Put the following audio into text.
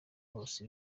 bose